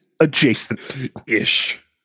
Adjacent-ish